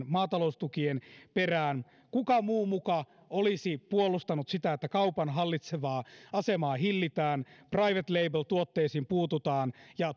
maataloustukien perään kuka muu muka olisi puolustanut sitä että kaupan hallitsevaa asemaa hillitään private label tuotteisiin puututaan ja